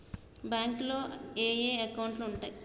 బ్యాంకులో ఏయే అకౌంట్లు ఉంటయ్?